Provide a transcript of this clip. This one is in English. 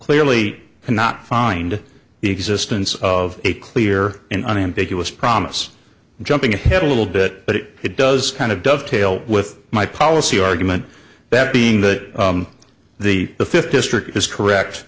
clearly cannot find the existence of a clear and unambiguous promise jumping ahead a little bit but it does kind of dovetail with my policy argument that being that the the fifth district is correct